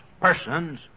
persons